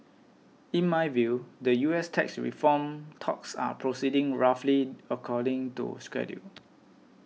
in my view the U S tax reform talks are proceeding roughly according to schedule